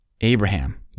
Abraham